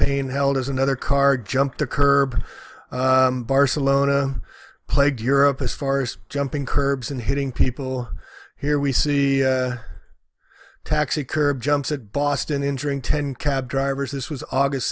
explain helders another car jumped the curb barcelona played europe as far as jumping curbs and hitting people here we see taxi curb jumps at boston injuring ten cab drivers this was august